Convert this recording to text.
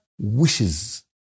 wishes